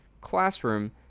classroom